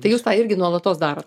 tai jūs tą irgi nuolatos darot